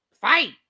fight